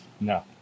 No